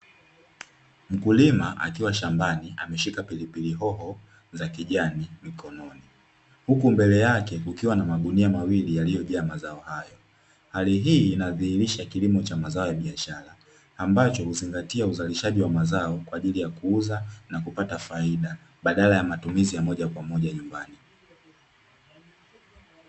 Mkulima akiwa shambani ameshika pilipili hoho za kijani mkononi huku mbele yake kukiwa na magunia mawili yaliyojaa mazao hayo, hali hii inadhirisha kilimo cha mazao ya kibiashara ambacho huzingatia mazao yanayoenda kuuzwa na kupata faida badala ya matumizi ya moja kwa moja nyumbani.